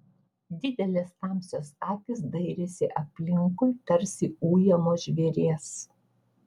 didelės tamsios akys dairėsi aplinkui tarsi ujamo žvėries